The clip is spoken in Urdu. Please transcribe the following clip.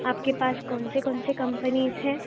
آپ کے پاس کون سے کون سے کمپنیز ہیں